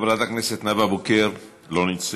חברת הכנסת נאוה בוקר לא נמצאת.